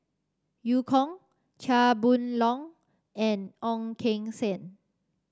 Eu Kong Chia Boon Leong and Ong Keng Sen